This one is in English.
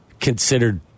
considered